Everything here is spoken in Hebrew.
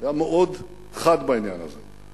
היה מאוד חד בעניין הזה.